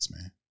man